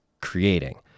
creating